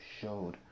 showed